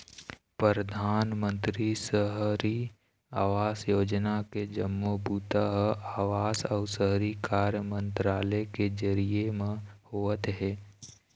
परधानमंतरी सहरी आवास योजना के जम्मो बूता ह आवास अउ शहरी कार्य मंतरालय के जरिए म होवत हे